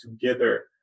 together